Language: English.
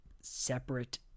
separate